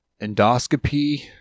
Endoscopy